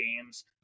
games